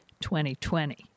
2020